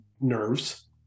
nerves